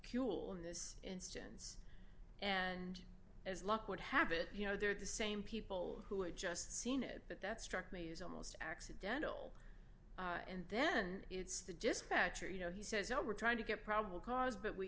kewl in this instance and as luck would have it you know they're the same people who had just seen it but that struck me as almost accidental and then it's the dispatcher you know he says oh we're trying to get probable cause but we